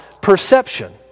perception